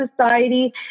society